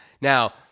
Now